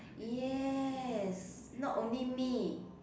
yes not only me